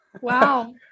Wow